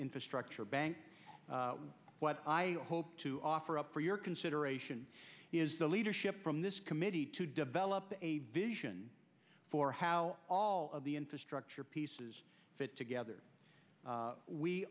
infrastructure bank what i hope to offer up for your consideration is the leadership from this committee to develop a vision for how all of the infrastructure pieces fit together